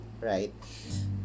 right